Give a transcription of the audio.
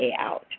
payout